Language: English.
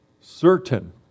certain